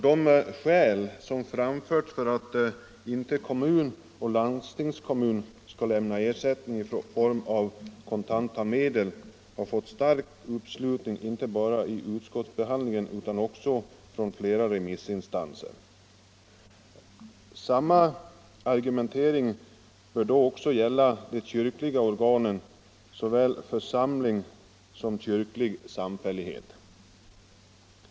De skäl som framförts i propositionen för att kommun och landstingskommun inte skall lämna bistånd i form av kontanta medel har fått stark uppslutning inte bara vid utskottsbehandlingen utan också från flera remissinstanser. Samma argumentering bör också gälla de kyrkliga organen, såväl församling som kyrklig samfällighet.